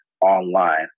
online